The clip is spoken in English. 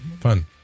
fun